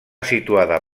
situada